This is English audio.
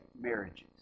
marriages